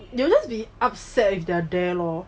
they will just be upset if they are there lor